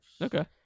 Okay